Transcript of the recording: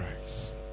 Christ